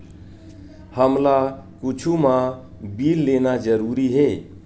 हमला कुछु मा बिल लेना जरूरी हे?